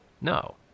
No